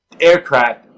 aircraft